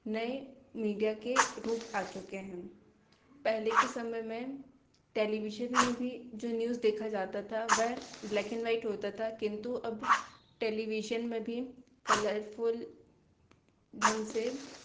नए मीडिया के रूप आ चुके हैं पहले के समय में टेलीविजन में भी जो न्यूज़ देखा जाता था वह ब्लैक इन व्हाइट होता था किंतु अब टेलीविज़न में भी कलरफुल ढंग से